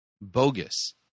bogus